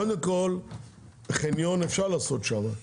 קודם כל חניון אפשר לעשות שם,